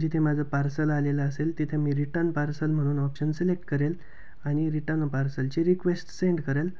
जिथे माझं पार्सल आलेलं असेल तिथे मी रिटर्न पार्सल म्हणून ऑप्शन सिलेक्ट करेल आणि रिटन पार्सलची रिक्वेस्ट सेंड करेल